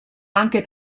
anche